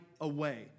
away